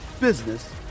business